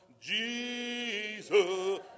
Jesus